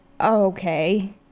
okay